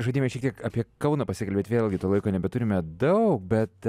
žadėjome šiek tiek apie kauną pasikalbėt vėlgi to laiko nebeturime daug bet